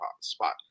spot